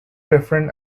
different